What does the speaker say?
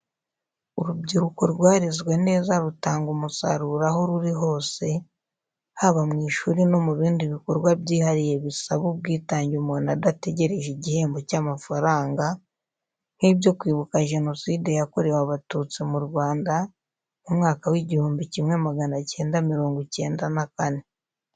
Urubyiruko rwarezwe neza rutanga umusaruro aho ruri hose, haba mu ishuri no mu bindi bikorwa byihariye bisaba ubwitange umuntu adategereje igihembo cy'amafaranga; nk'ibyo kwibuka jenoside yakorewe abatutsi mu Rwanda, mu mwaka w'igihumbi kimwe magana acyenda mirongo icyenda na kane.